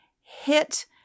hit